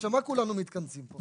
לשם מה כולנו מתכנסים פה?